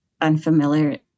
Unfamiliar